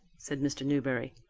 said mr. newberry.